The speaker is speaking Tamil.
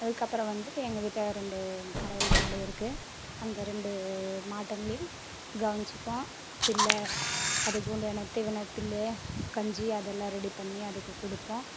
அதுக்கப்புறோம் வந்து எங்கள் வீட்டை ரெண்டு கறவல் மாடு இருக்கு அந்த ரெண்டு மாட்டுங்களையும் கவனிச்சிப்போம் பில்லை அதுக்கு உண்டையான தீவன பில் கஞ்சி அதெல்லாம் ரெடி பண்ணி அதுக்கு கொடுப்போம்